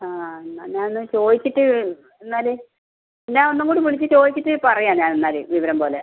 ആ എന്നാൽ ഞാനൊന്ന് ചോദിച്ചിട്ട് എന്നാൽ എന്നാൽ ഒന്നും കൂടി വിളിച്ച് ചോദിച്ചിട്ട് പറയാം ഞാൻ എന്നാൽ വിവരം പോലെ